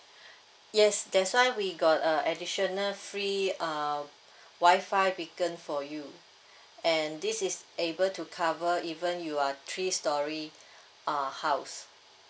yes that's why we got a additional free uh wi-fi beacon for you and this is able to cover even you are three storey uh house